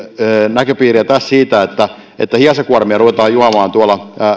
näköpiirejä tässä siitä että että hiace kuormia ruvetaan juomaan tuolla